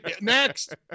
Next